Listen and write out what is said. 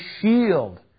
shield